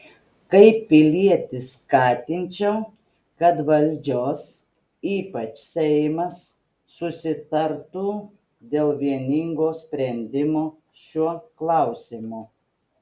kaip pilietis skatinčiau kad valdžios ypač seimas susitartų dėl vieningo sprendimo šiuo klausimu